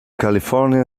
california